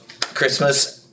Christmas